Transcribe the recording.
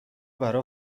برا